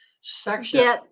section